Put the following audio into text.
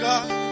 God